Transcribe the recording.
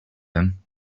him